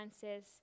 says